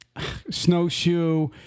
Snowshoe